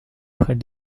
près